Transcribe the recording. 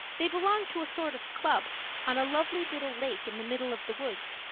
they belong to a sort of club on a lovely little lake in the middle of the woods.